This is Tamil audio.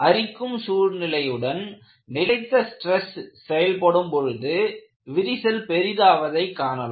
அரிக்கும் சூழ்நிலையுடன் நிலைத்த ஸ்டிரஸ் செயல்படும் பொழுது விரிசல் பெரிதாவதை காணலாம்